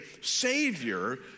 savior